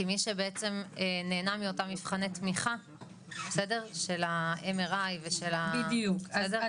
כי מי שנהנה מאותם מבחני תמיכה של ה-MRI זה הם.